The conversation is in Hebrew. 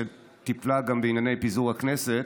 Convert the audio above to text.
שטיפלה גם בענייני פיזור הכנסת.